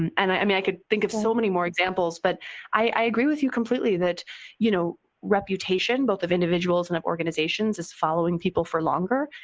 and i mean, i could think of so many more examples, but i agree with you completely that you know reputation, both of individuals and organizations, is following people for longer.